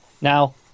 Now